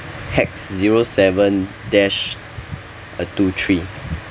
hex zero seven dash uh two three